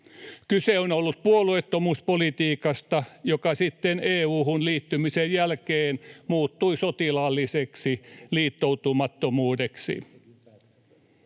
Kyse on ollut puolueettomuuspolitiikasta, joka sitten EU:hun liittymisen jälkeen muuttui sotilaalliseksi liittoutumattomuudeksi.